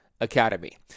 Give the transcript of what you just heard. Academy